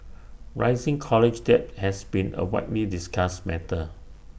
rising college debt has been A widely discussed matter